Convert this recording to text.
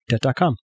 debt.com